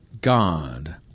God